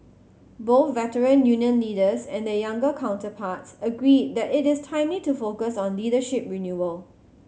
both Veteran Union leaders and their younger counterparts agreed that it is timely to focus on leadership renewal